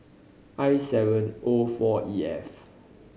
I seven O four E F